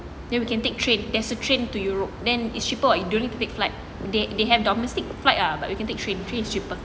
then we can take train there's a train to europe then it's cheaper you don't need to flight they they have domestic flight but we can take train train is cheaper